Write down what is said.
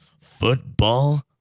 Football